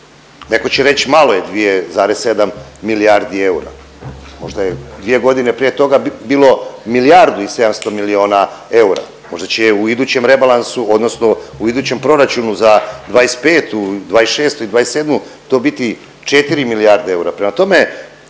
Neko će reći malo 2,7 milijardi eura, možda je dvije godine prije toga bilo milijardu i 700 miliona eura, možda će u idućem rebalansu odnosno u idućem proračunu za '25., '26. i '27. to biti četiri milijarde eura, prema tome